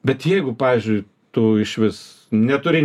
bet jeigu pavyzdžiui tu išvis neturi